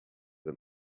than